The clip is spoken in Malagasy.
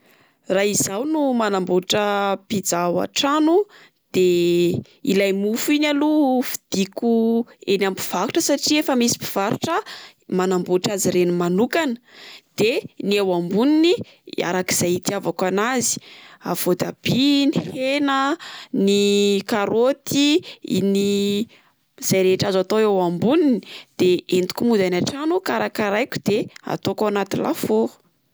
Raha izaho no manamboatra pizza ao antrano de ilay mofo iny aloha vidiko eny amin'ny mpivarotra satria efa misy mpivarotra manamboatra azy ireny manokana. De ny eo amboniny arak'izay itiavako an'azy a voatabia, ny hena, ny karaoty, ny izay rehetra azo atao eo amboniny entiko mody any antrano karakaraiko de ataoko ao anaty lafaoro.